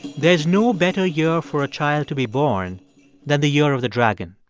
there's no better year for a child to be born than the year of the dragon.